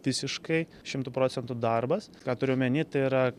visiškai šimtu procentų darbas ką turiu omeny tai yra